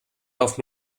darf